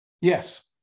yes